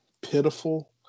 pitiful